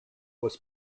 was